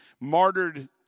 martyred